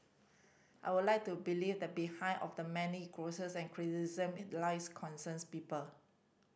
I would like to believe the behind of the many grouses and criticism in the lies concerns people